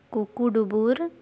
ᱠᱩᱠᱩᱰᱩᱵᱩᱨ